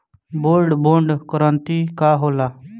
Gold bond करतिं का होला?